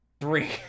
Three